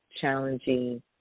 challenging